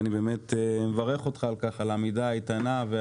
אני מברך אותך על העמידה האיתנה.